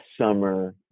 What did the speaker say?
summer